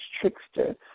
trickster